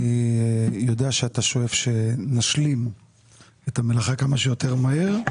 אני יודע שאתה שואף לכך שנשלים את המלאכה כמה שיותר מהר.